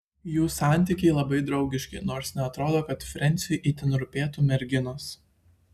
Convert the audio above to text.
jų santykiai labai draugiški nors neatrodo kad frensiui itin rūpėtų merginos